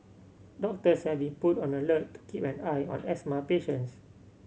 doctors have been put on alert to keep an eye on asthma patients